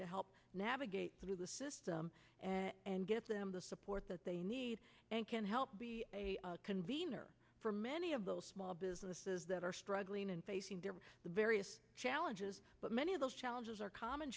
to help navigate through the system and give them the support that they need and can help convener for many of those small businesses that are struggling and facing the various challenges but many of those challenges are common